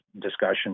discussion